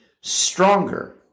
stronger